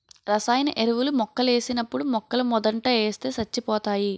రసాయన ఎరువులు మొక్కలకేసినప్పుడు మొక్కలమోదంట ఏస్తే సచ్చిపోతాయి